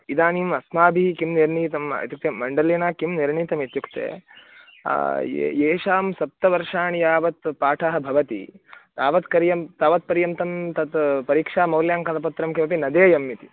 इदानीम् अस्माभिः किं निर्णीतम् इत्युक्ते मण्डलेन किं निर्णीतमित्युक्ते येषां सप्तवर्षाणि यावत् पाठः भवति तावत् करियं तावत् पर्यन्तं तत् परीक्षामौल्याङ्कनपत्रं किमपि न देयमिति